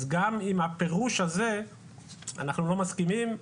אז גם עם הפירוש הזה אנחנו לא מסכימים,